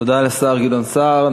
תודה לשר גדעון סער.